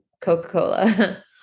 Coca-Cola